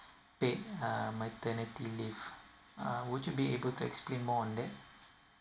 paid uh maternity leave uh would you be able to explain more on that